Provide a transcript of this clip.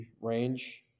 range